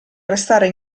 restare